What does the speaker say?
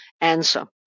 answer